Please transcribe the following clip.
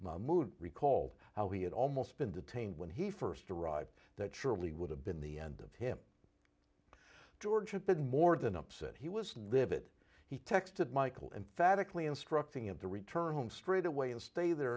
mahmoud recalled how he had almost been detained when he first arrived that surely would have been the end of him george had been more than upset he was livid he texted michael emphatically instructing him to return home straight away and stay there